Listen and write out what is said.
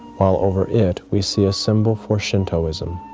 while over it we see a symbol for shintoism.